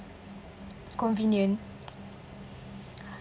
convenient